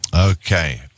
Okay